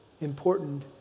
important